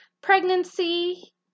pregnancy